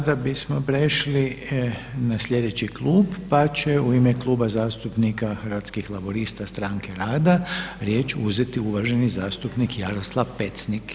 Sada bismo prešli na sljedeći klub, pa će u ime Kluba zastupnika Hrvatskih laburista – stranke rada riječ uzeti uvaženi zastupnik Jaroslav Pecnik.